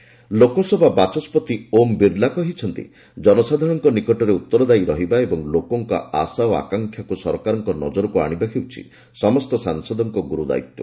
ଓମ୍ ବିର୍ଲା ଲୋକସଭା ବାଚସ୍କତି ଓମ୍ ବିର୍ଲା କହିଛନ୍ତି ଜନସାଧାରଣଙ୍କ ନିକଟରେ ଉତ୍ତରଦାୟୀ ରହିବା ଏବଂ ଲୋକଙ୍କ ଆଶା ଓ ଆକାଂକ୍ଷାକୁ ସରକାରଙ୍କ ନଜରକୁ ଆଣିବା ହେଉଛି ସମସ୍ତ ସାଂସଦଙ୍କ ଗୁରୁଦାୟିତ୍ୱ